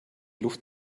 luft